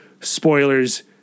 Spoilers